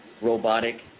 robotic